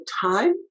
time